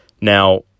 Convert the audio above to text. Now